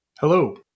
hello